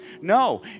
No